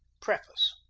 preface